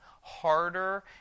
harder